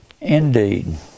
indeed